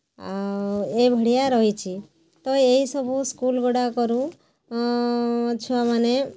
ଆଉ ଏ ଭଳିଆ ରହିଛି ତ ଏହି ସବୁ ସ୍କୁଲ୍ ଗୁଡ଼ାକରୁ ଛୁଆ ମାନେ